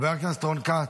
חבר הכנסת רון כץ,